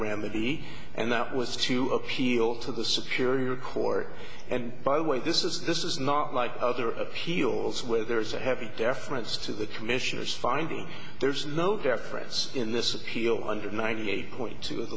remedy and that was to appeal to the security record and by the way this is this is not like other appeals where there is a heavy deference to the commissioner's finding there's no deference in this field hundred ninety eight point two